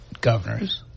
governors